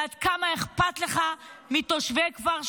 ועד כמה אכפת לך מתושבי כפר שלם.